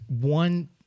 one